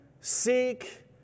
seek